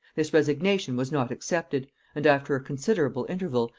this resignation was not accepted and after a considerable interval,